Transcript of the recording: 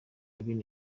laden